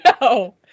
No